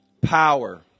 power